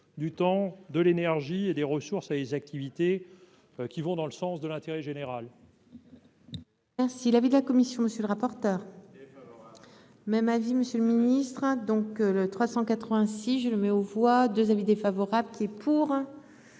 temps, énergie et ressources à des activités allant dans le sens de l'intérêt général.